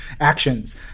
actions